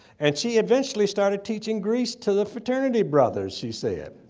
and she eventually started teaching greek to the fraternity brothers, she said.